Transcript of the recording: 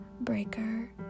Breaker